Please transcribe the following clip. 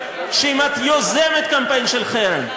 שאם את יוזמת קמפיין של חרם,